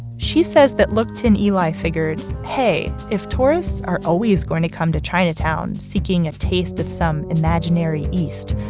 she says that look tin eli figured, hey, if tourists are always going to come to chinatown seeking a taste of some imaginary east,